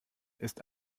ist